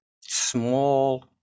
small